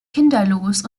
kinderlos